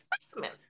specimen